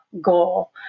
goal